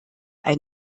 ein